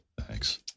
Thanks